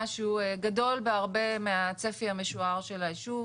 שהוא גדול בהרבה מהצפי המשוער של הישוב,